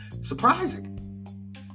Surprising